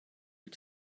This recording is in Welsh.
wyt